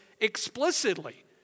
explicitly